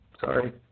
Sorry